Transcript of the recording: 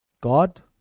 God